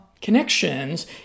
connections